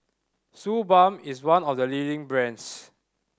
Suu Balm is one of the leading brands